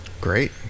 great